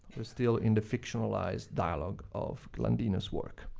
still in the fictionalized dialogue of landino's work.